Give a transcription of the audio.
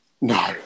No